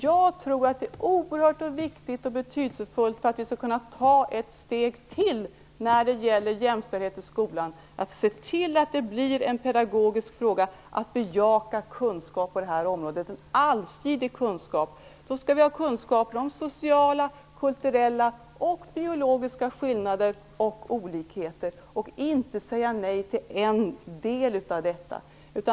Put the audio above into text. Jag tror att det för att vi skall kunna ta ett steg till när det gäller jämställdhet i skolan är oerhört viktigt och betydelsefullt att se till att det blir en pedagogisk fråga att bejaka en allsidig kunskap på detta område. Vi skall ha kunskaper om sociala, kulturella och biologiska skillnader och olikheter och skall inte säga nej till en del av detta.